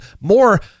more